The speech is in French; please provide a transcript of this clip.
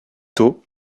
tôt